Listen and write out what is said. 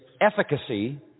efficacy